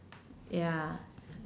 ya